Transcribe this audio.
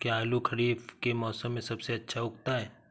क्या आलू खरीफ के मौसम में सबसे अच्छा उगता है?